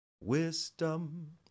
Wisdom